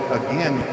again